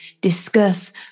discuss